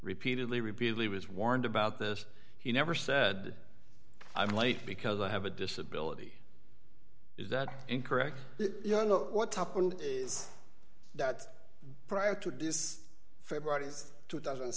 repeatedly repeatedly was warned about this he never said i'm late because i have a disability is that incorrect ya know what's happened is that prior to this february th two thousand and